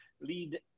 lead